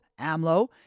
AMLO